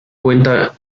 cuenta